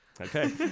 Okay